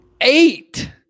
Eight